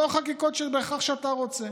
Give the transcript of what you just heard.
לא חקיקות שבהכרח אתה רוצה,